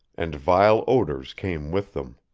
and vile odors came with them.